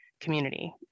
community